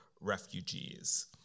refugees